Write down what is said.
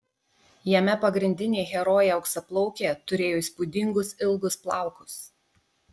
jame pagrindinė herojė auksaplaukė turėjo įspūdingus ilgus plaukus